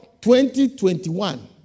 2021